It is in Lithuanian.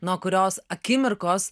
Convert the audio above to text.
nuo kurios akimirkos